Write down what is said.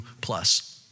plus